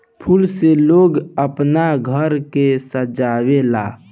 फूल से लोग आपन घर के सजावे ला